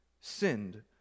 sinned